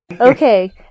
Okay